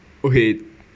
okay